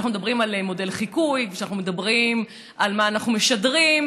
כשאנחנו מדברים על מודל חיקוי וכשאנחנו מדברים על מה אנחנו משדרים,